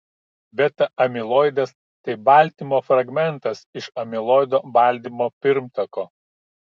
beta amiloidas tai baltymo fragmentas iš amiloido baltymo pirmtako